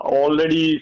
already